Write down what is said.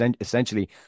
essentially